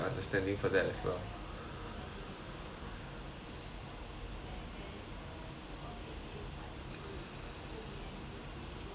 mm